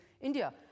India